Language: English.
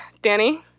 Danny